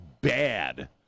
bad